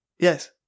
Yes